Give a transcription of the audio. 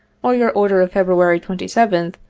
or your order of february twenty seventh,